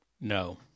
No